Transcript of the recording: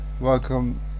Welcome